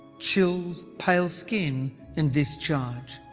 chills, pale skin and discharge.